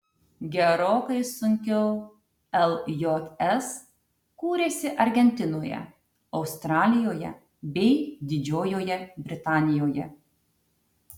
gerokai sunkiau ljs kūrėsi argentinoje australijoje bei didžiojoje britanijoje